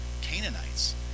Canaanites